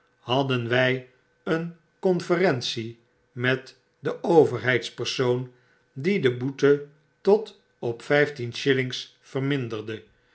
hadden wij een conferentie met den overheidspersoon die de boete tot op vijftien shillings verminderde